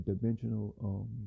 dimensional